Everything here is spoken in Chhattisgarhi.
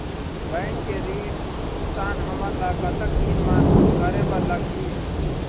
बैंक के ऋण भुगतान हमन ला कतक दिन म करे बर लगही?